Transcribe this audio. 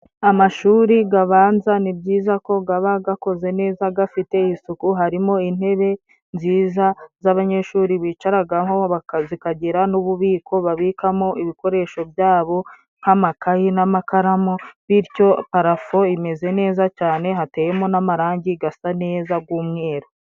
Amashuri gabanza ni byiza ko gaba gakoze neza gafite isuku harimo intebe nziza z'abanyeshuri bicaragaho zikagira n'ububiko babikamo ibikoresho byabo nk'amakayi n'amakaramu bityo parafo imeze neza cane hateyemo n'amarangi gasa neza g'umweru.